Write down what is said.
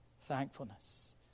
thankfulness